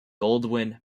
goldwyn